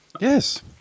Yes